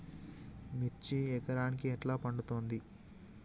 మిర్చి ఎకరానికి ఎట్లా పండుద్ధి?